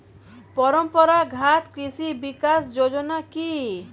পরম্পরা ঘাত কৃষি বিকাশ যোজনা কি?